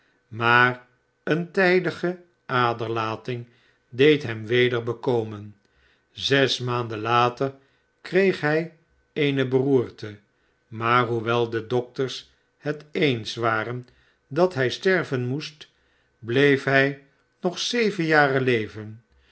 maar eene tijdige aderlating deed hem weder bekomen zes maanden later kreeg hij eene beroerte maar hoewel de dokters het eens waren dat hij sterven moest bleef hij nog zeven jaar leven